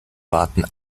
warten